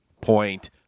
point